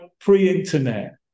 pre-internet